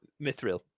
Mithril